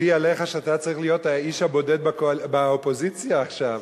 לבי עליך שאתה צריך להיות האיש הבודד באופוזיציה עכשיו.